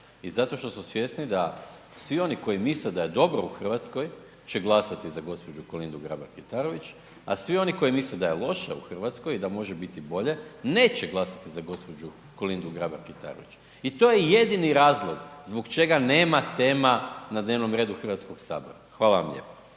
i zato što su svjesni da svi oni koji misle da je dobro u Hrvatskoj će glasati za gđu. Kolindu Grabar-Kitarović a svi oni koji misle da je loše u Hrvatskoj i da može biti bolje, neće glasati za gđu. Kolindu Grabar-Kitarović. I to je jedini razlog zbog čega nema tema na dnevnom redu Hrvatskoga sabora. Hvala vam lijepo.